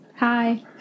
Hi